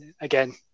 Again